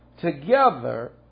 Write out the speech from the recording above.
Together